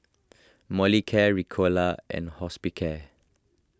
Molicare Ricola and Hospicare